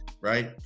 right